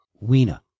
Weena